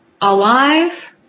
alive